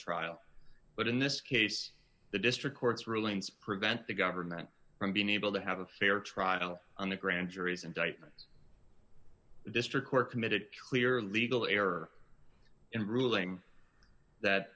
trial but in this case the district court's rulings prevent the government from being able to have a fair trial on a grand jury's indictment the district court committed truly or legal error in ruling that